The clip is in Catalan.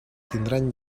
tindran